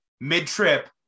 mid-trip